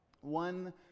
one